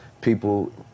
people